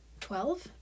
Twelve